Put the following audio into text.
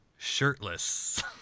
Shirtless